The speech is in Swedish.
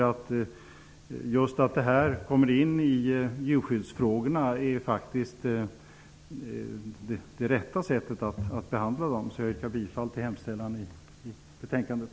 Att dessa frågor kommer in bland djurskyddsfrågorna är det rätta sättet att behandla dem. Jag yrkar bifall till hemställan i betänkandet.